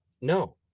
no